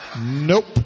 Nope